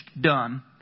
done